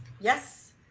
Yes